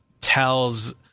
tells